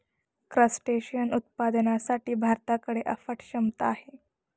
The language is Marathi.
क्रस्टेशियन उत्पादनासाठी भारताकडे अफाट क्षमता आहे